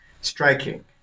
striking